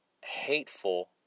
hateful